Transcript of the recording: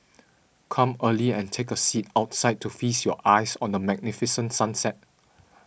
come early and take a seat outside to feast your eyes on the magnificent sunset